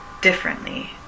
differently